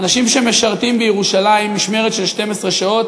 אנשים שמשרתים בירושלים משמרת של 12 שעות